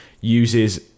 uses